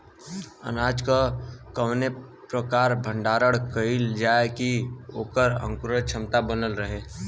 अनाज क कवने प्रकार भण्डारण कइल जाय कि वोकर अंकुरण क्षमता बनल रहे?